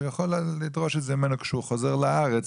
יכול לדרוש את זה ממנו כשחוזר לארץ,